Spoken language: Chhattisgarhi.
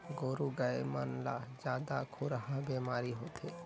गोरु गाय मन ला जादा खुरहा बेमारी होथे